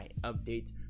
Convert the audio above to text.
updates